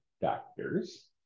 doctors